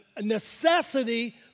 necessity